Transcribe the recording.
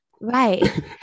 Right